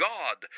God